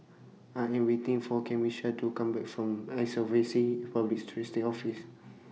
I Am waiting For Camisha to Come Back from Insolvency Public Trustee's Office